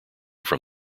from